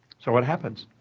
so what happens?